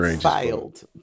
filed